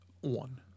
One